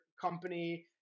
company